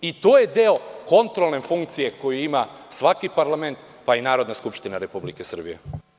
I to je deo kontrolne funkcije koju ima svaki parlament, pa i Narodna skupština Republike Srbije.